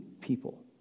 people